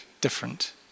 different